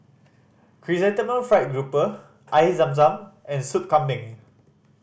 Chrysanthemum Fried Grouper Air Zam Zam and Soup Kambing